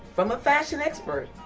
from a fashion expert,